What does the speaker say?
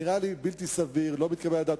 נראה לי בלתי סביר, לא מתקבל על הדעת.